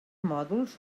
mòduls